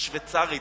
שוויצרית,